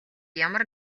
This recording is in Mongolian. ямар